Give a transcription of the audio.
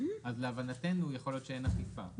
אז להבנתו יכול להיות שאין אכיפה.